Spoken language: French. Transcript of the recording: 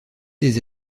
des